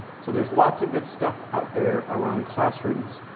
so there's lots of good stuff out there around classrooms.